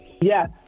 Yes